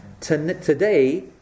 today